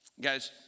Guys